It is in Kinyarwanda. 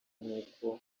nk’uko